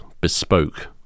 bespoke